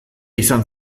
izan